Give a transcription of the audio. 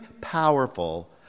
powerful